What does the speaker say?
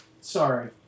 Sorry